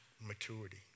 maturity